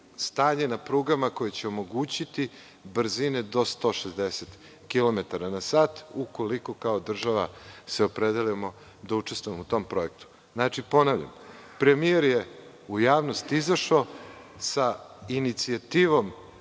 na prugama koje će omogućiti brzine do 160 km na sat, ukoliko se kao država opredelimo da učestvujemo u tom projektu. Ponavljam, premijer je u javnost izašao sa inicijativom